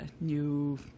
new